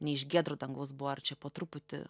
ne iš giedro dangaus buvo ar čia po truputį